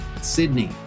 Sydney